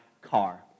car